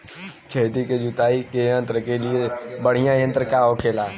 खेत की जुताई के लिए सबसे बढ़ियां यंत्र का होखेला?